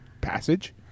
passage